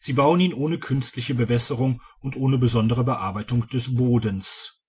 sie bauen ihn ohne künstliche bewässerung und ohne besondere bearbeitung des bodens